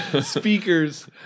speakers